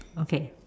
okay